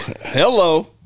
Hello